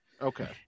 Okay